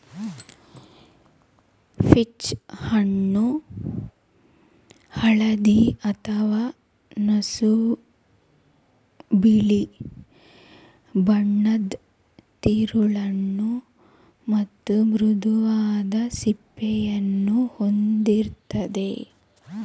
peach ಹಣ್ಣು ಹಳದಿ ಅಥವಾ ನಸುಬಿಳಿ ಬಣ್ಣದ್ ತಿರುಳನ್ನು ಮತ್ತು ಮೃದುವಾದ ಸಿಪ್ಪೆಯನ್ನು ಹೊಂದಿರ್ತದೆ